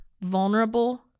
vulnerable